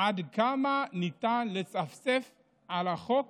עד כמה ניתן לצפצף על החוק